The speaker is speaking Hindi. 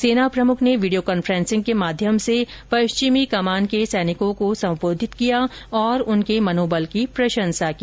सेना प्रमुख ने वीडियो कॉन्फ्रेंसिंग के माध्यम से पश्चिमी कमान के सैनिकों को संबोधित किया और उनके मनोबल की प्रशंसा की